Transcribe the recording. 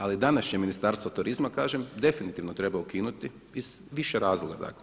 Ali današnje Ministarstvo turizma kažem definitivno treba ukinuti iz više razloga.